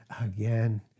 again